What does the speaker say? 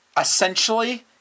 essentially